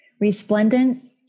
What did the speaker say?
Resplendent